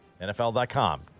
NFL.com